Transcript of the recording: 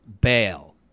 bail